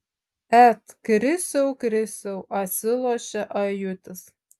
et krisiau krisiau atsilošia ajutis